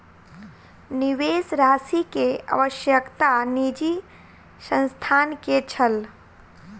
निवेश राशि के आवश्यकता निजी संस्थान के छल